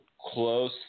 close